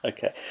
Okay